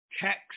text